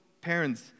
parents